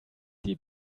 die